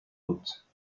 doute